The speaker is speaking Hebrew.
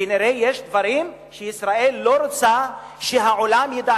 כנראה יש דברים שישראל לא רוצה שהעולם ידע,